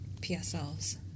PSLs